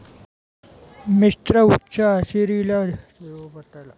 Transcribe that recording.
ಮಾವು ಹಚ್ಚ ಹಸಿರಿನ ದಟ್ಟವಾದ ಎಲೆಇದ್ದು ತೇವಾಂಶವಿರುವ ಮಿಶ್ರಪರ್ಣಪಾತಿ ಹಾಗೂ ನಿತ್ಯಹರಿದ್ವರ್ಣ ಕಾಡಲ್ಲಿ ಬೆಳೆತದೆ